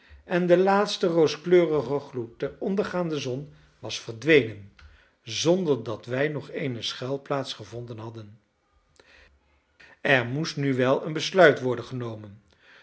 en de laatste rooskleurige gloed der ondergaande zon was verdwenen zonder dat wij nog eene schuilplaats gevonden hadden er moest nu wel een besluit worden genomen